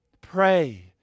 Pray